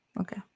Okay